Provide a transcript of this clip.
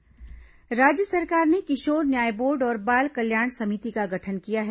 किशोर न्यास समिति गठन राज्य सरकार ने किशोर न्याय बोर्ड और बाल कल्याण समिति का गठन किया है